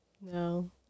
No